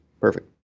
perfect